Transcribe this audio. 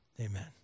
amen